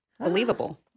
Believable